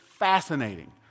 fascinating